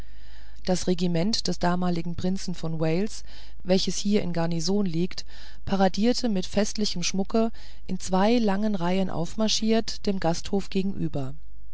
das regiment des damaligen prinzen von wales welches hier in garnison liegt paradierte im festlichen schmucke in zwei langen reihen aufmarschiert dem gasthofe gegenüber